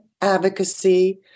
advocacy